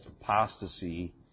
apostasy